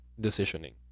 decisioning